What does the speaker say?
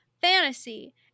Fantasy